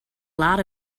lot